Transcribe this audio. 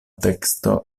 teksto